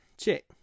Check